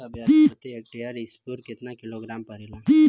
प्रति हेक्टेयर स्फूर केतना किलोग्राम परेला?